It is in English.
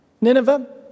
Nineveh